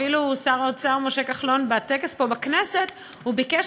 אפילו שר האוצר משה כחלון בטקס פה בכנסת ביקש